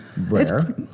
rare